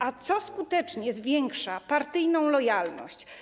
A co skutecznie zwiększa partyjną lojalność?